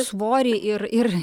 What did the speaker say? svorį ir ir